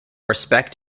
respect